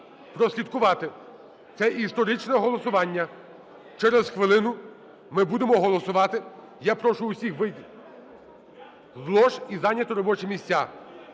прослідкувати. Це історичне голосування. Через хвилину ми будемо голосувати. Я прошу усіх вийти з лож і зайняти робочі місця.